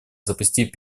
запустить